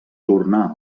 tornà